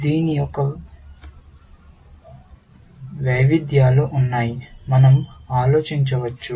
దీని యొక్క వైవిధ్యాలు ఉన్నాయి మనం ఆలోచించవచ్చు